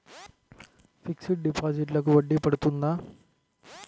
Fixed డిపాజిట్లకు వడ్డీ పడుతుందా?